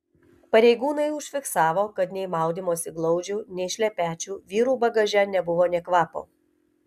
pareigūnai užfiksavo kad nei maudymosi glaudžių nei šlepečių vyrų bagaže nebuvo nė kvapo